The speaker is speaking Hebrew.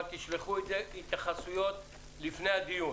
אבל תשלחו התייחסויות לפני הדיון.